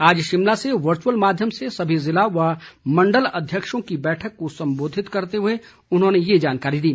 आज शिमला से वर्चअल माध्यम से सभी जिला व मण्डल अध्यक्षों की बैठक को संबोधित करते हुए उन्होंने ये जानकारी दी